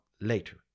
later